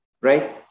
Right